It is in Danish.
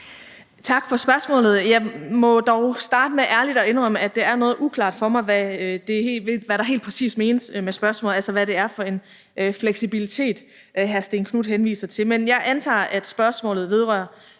Tak for spørgsmålet. Jeg må dog starte med ærligt at indrømme, at det er noget uklart for mig, hvad der helt præcis menes med spørgsmålet, altså hvad det er for en fleksibilitet, hr. Stén Knuth henviser til. Men jeg antager, at spørgsmålet vedrører